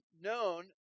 known